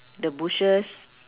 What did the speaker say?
the bushes